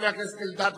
חבר הכנסת אלדד,